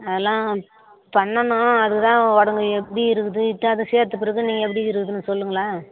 அதலாம் பண்ணணும் அதுக்கு தான் உடம்பு எப்படி இருக்குது இட்டான்னு சேர்த்த பிறகு நீங்கள் எப்படி இருக்குதுனு சொல்லுங்களேன்